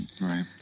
Right